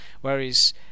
Whereas